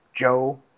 Joe